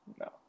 no